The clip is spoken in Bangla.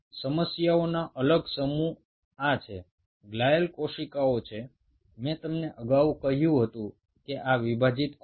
সমস্যাটি হলো আমি তোমাদের আগেই বলেছিলাম যে এই গ্লিয়ালকোষগুলো হল ডিভাইডিং বা বিভাজক কোষ